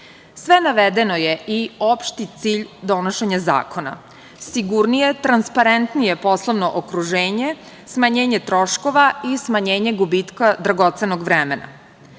navedeno je i opšti cilj donošenja zakona, sigurnije, transparentnije poslovno okruženje, smanjenje troškova i smanjenje gubitka dragocenog vremena.